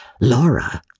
Laura